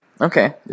Okay